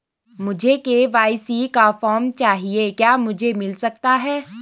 मुझे के.वाई.सी का फॉर्म चाहिए क्या मुझे मिल सकता है?